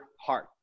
heart